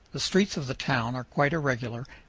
the streets of the town are quite irregular,